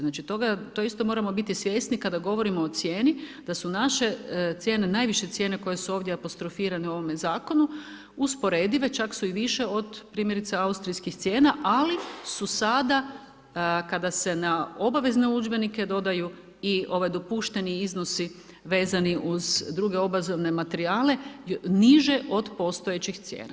Znači, toga, to isto moramo biti svjesni, kada govorimo o cijene, da su naše cijene, najviše cijene koje su ovdje apostrofirane u ovome zakonu, usporedive, čak su više od primjerice austrijskih cijena, ali su sada, kada se na obavezne udžbenike dodaju i ovaj dopušteni iznosi, vezani uz druge obavezne materijale, niže od postojećih cijena.